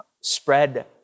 Spread